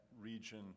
region